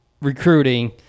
recruiting